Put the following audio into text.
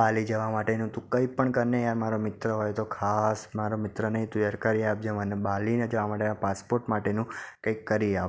બાલી જવા માટેનું તું કંઇપણ કરને યાર મારો મિત્ર હોય તો ખાસ મારો મિત્ર નહીં તું યાર કરી આપજે મને બાલીને જવા માટે આ પાસપોર્ટ માટેનું કંઇક કરી આપ